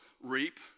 reap